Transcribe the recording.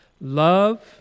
Love